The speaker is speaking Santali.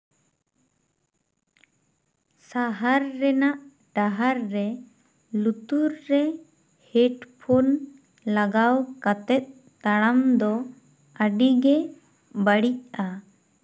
ᱥᱟᱦᱟᱨ ᱨᱮᱱᱟᱜ ᱰᱟᱦᱟᱨ ᱨᱮ ᱞᱩᱛᱩᱨ ᱨᱮ ᱦᱮᱰ ᱯᱷᱳᱱ ᱞᱟᱜᱟᱣ ᱠᱟᱛᱮᱜ ᱛᱟᱲᱟᱢ ᱫᱚ ᱟᱹᱰᱤᱜᱮ ᱵᱟᱹᱲᱤᱡᱼᱟ